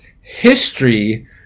history